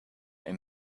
and